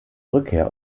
rückkehr